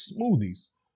smoothies